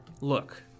Look